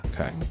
Okay